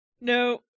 No